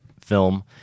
film